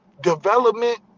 development